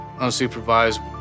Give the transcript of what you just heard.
unsupervised